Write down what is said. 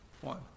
one